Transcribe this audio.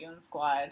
Squad